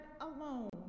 alone